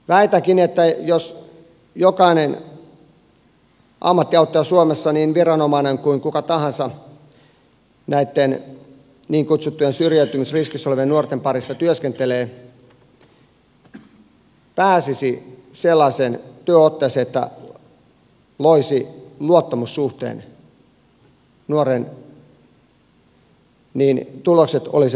väitänkin että jos jokainen ammattiauttaja suomessa niin viranomainen kuin kuka tahansa näitten niin kutsuttujen syrjäytymisriskissä olevien nuorten parissa työskentelevä pääsisi sellaiseen työotteeseen että loisi luottamussuhteen nuoreen niin tulokset olisivat toisenlaisia